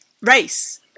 race